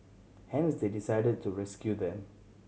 hence they decided to rescue them